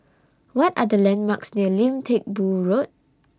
What Are The landmarks near Lim Teck Boo Road